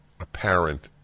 apparent